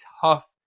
tough